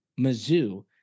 Mizzou